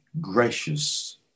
gracious